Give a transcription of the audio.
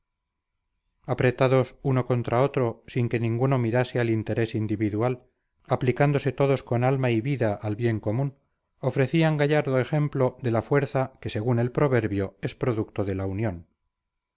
piña apretados uno contra otro sin que ninguno mirase al interés individual aplicándose todos con alma y vida al bien común ofrecían gallardo ejemplo de la fuerza que según el proverbio es producto de la unión